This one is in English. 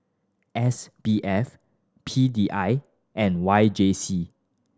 S B F P D I and Y J C